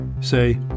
say